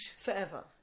Forever